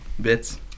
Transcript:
bits